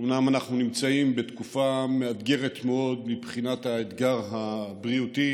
שאומנם אנחנו נמצאים בתקופה מאתגרת מאוד מבחינת האתגר הבריאותי